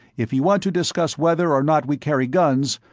if you want to discuss whether or not we carry guns,